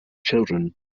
children